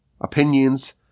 opinions